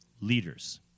leaders